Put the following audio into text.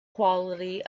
quality